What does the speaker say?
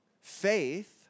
Faith